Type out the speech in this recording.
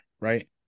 Right